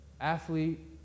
Athlete